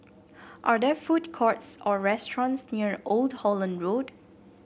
are there food courts or restaurants near Old Holland Road